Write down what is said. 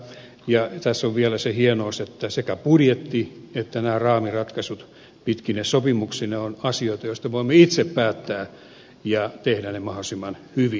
tässä on vielä se hienous että sekä budjetti että nämä raamiratkaisut pitkine sopimuksineen ovat asioita joista voimme itse päättää ja tehdä ne mahdollisimman hyvin